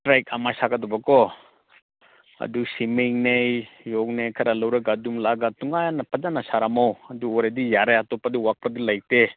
track ꯑꯃ ꯁꯥꯒꯗꯕ ꯀꯣ ꯑꯗꯨ ꯁꯤꯃꯦꯟꯅꯦ ꯌꯣꯠꯅꯦ ꯈꯔ ꯂꯧꯔꯒ ꯅꯨꯡꯉꯥꯏꯅ ꯐꯖꯅ ꯁꯥꯔꯝꯃꯣ ꯑꯗꯨ ꯑꯣꯏꯔꯗꯤ ꯌꯥꯔꯦ ꯑꯇꯣꯞꯄꯗꯤ ꯋꯥꯈꯜꯗꯤ ꯂꯩꯇꯦ